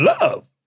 love